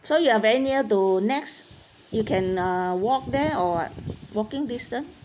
so you are very near to NEX you can uh walk there or what walking distance